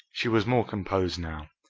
she was more composed now.